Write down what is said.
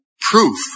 proof